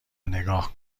نگاه